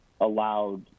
allowed